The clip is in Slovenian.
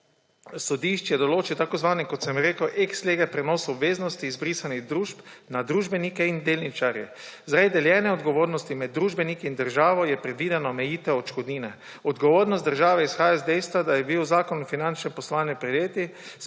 kot sem rekel, ex lege prenos obveznosti izbrisanih družb na družbenike in delničarje. Zaradi deljene odgovornosti med družbeniki in državo je predvidena omejitev odškodnine. Odgovornost države izhaja iz dejstva, da je bil zakon o finančnem poslovanju pred leti